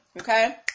okay